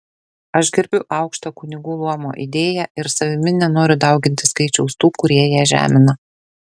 aš gerbiu aukštą kunigų luomo idėją ir savimi nenoriu dauginti skaičiaus tų kurie ją žemina